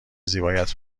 زیبایت